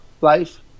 life